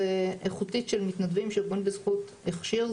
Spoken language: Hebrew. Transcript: ואיכותית של מתנדבים שארגון "בזכות" הכשיר.